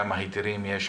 כמה היתרים יש,